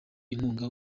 inkunga